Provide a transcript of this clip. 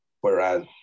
Whereas